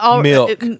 Milk